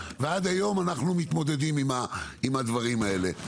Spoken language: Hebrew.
ועד היום אנחנו מתמודדים עם הדברים האלה.